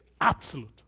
absolute